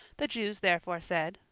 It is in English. the jews therefore said,